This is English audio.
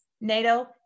NATO